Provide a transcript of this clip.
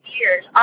years